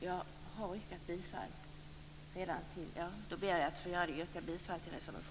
Jag yrkar bifall till reservation 1.